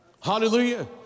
Hallelujah